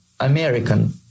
American